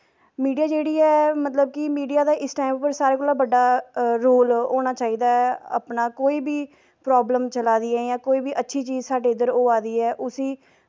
media जेह्ड़ी ऐ media दा इस टाईम पर सारें कोला दा बड्डा रोल होना चाहिदा अपना कोई बी प्राब्लम चला दी ऐ जां कोई बी अच्छी चीज़ साढ़े इद्धर होआ दी ऐ उस्सी